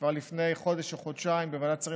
כבר לפני חודש או חודשיים בוועדת שרים